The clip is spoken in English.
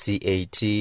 CAT